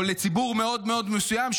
או לציבור מאוד מאוד מסוים,